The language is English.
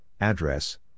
address